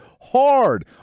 hard